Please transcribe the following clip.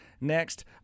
Next